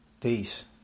Peace